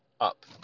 up